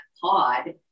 pod